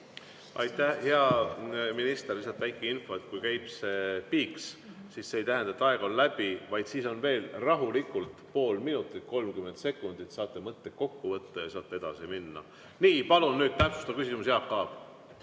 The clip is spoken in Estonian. Aitäh, hea minister! Lihtsalt väike info, et kui käib see piiks, siis see ei tähenda, et aeg on läbi, vaid siis on veel rahulikult pool minutit, 30 sekundit, et saaksite mõtted kokku võtta ja sealt edasi minna. Palun nüüd täpsustav küsimus, Jaak Aab!